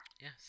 Yes